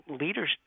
leaders